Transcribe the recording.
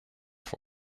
for